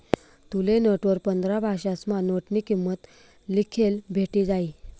तुले नोटवर पंधरा भाषासमा नोटनी किंमत लिखेल भेटी जायी